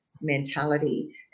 mentality